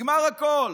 נגמר הכול.